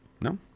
No